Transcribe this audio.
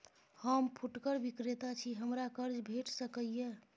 हम फुटकर विक्रेता छी, हमरा कर्ज भेट सकै ये?